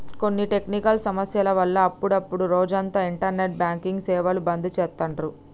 కొన్ని టెక్నికల్ సమస్యల వల్ల అప్పుడప్డు రోజంతా ఇంటర్నెట్ బ్యాంకింగ్ సేవలు బంద్ చేత్తాండ్రు